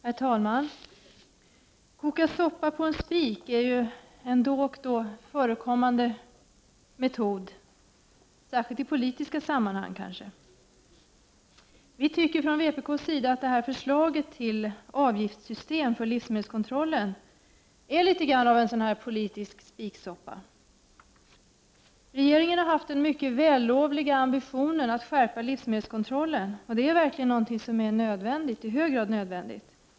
Prot. 1989/90:45 Herr talman: Att koka soppa på en spik är en då och då förekommande 13 december 1989 metod, särskilt i politiska sammanhang. Vi från vpk:s sida anser att detta förslag till avgiftssystem för livsmedelskontrollen är litet grand av en sådan Ny & avgiftssy sten litisk spiksoppa inom livsmedelsgenikar kontrollen Regeringen har haft den mycket vällovliga ambitionen att skärpa livsmedelskontrollen, och detta är något som i hög grad är nödvändigt.